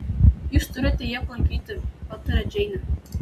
jūs turite jį aplankyti pataria džeinė